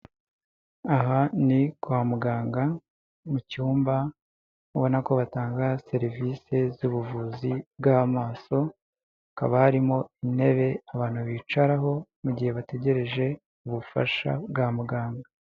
Aha ni kwa muganga mu cyumba ubona ko batanga serivisi z'ubuvuzi bw'amaso, hakaba harimo intebe abantu bicaraho mu gihe bategereje ubufasha bwa muganga.